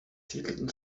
siedelten